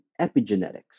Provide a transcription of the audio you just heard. epigenetics